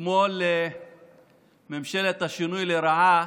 אתמול ממשלת השינוי לרעה